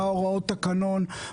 מה הוראות התקנות,